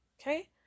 okay